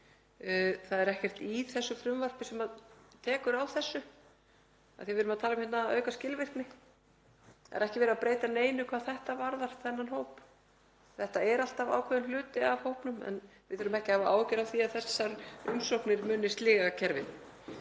Það er ekkert í þessu frumvarpi sem tekur á þessu, af því að við erum að tala um að auka skilvirkni. Það er ekki verið að breyta neinu hvað þetta varðar, þennan hóp. Þetta er alltaf ákveðinn hluti af hópnum en við þurfum ekki að hafa áhyggjur af því að þessar umsóknir muni sliga kerfið.